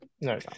No